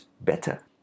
better